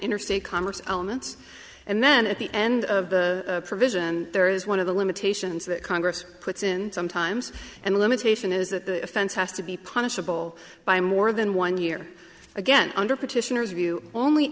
interstate commerce elements and then at the end of the provision there is one of the limitations that congress puts in sometimes and limitation is that the offense has to be punishable by more than one year again under petitioners view only